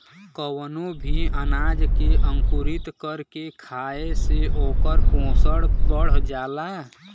कवनो भी अनाज के अंकुरित कर के खाए से ओकर पोषण बढ़ जाला